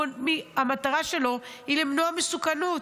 המטרה שלו היא למנוע מסוכנות.